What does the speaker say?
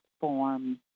forms